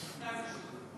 מֶרְכָּז השירות.